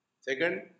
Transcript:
Second